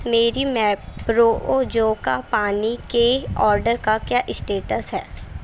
میری میپرو جو کا پانی کے آڈر کا کیا اسٹیٹس ہے